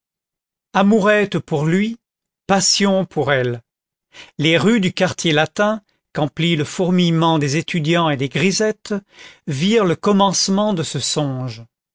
amourette pour lui passion pour elle les rues du quartier latin qu'emplit le fourmillement des étudiants et des grisettes virent le commencement de ce songe